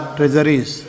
Treasuries